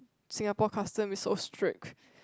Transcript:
Singapore custom is so strict